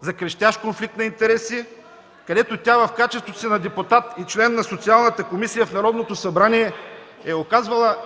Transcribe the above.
за крещящ конфликт на интереси, където тя в качеството си на депутат и член на Социалната комисия в Народното събрание е оказвала